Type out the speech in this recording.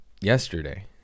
yesterday